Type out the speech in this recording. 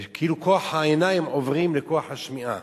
כאילו כוח העיניים עובר לכוח השמיעה.